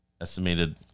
estimated